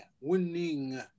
winning